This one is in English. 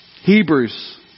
Hebrews